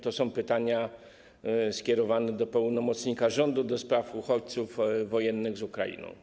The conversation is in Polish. To są pytania skierowane do pełnomocnika rządu ds. uchodźców wojennych z Ukrainy.